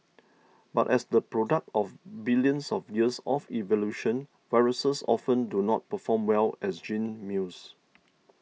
but as the product of billions of years of evolution viruses often do not perform well as gene mules